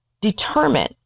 Determine